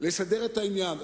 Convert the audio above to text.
לסדר את העניין.